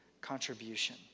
contribution